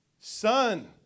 son